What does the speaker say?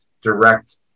direct